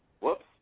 Whoops